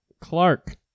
Clark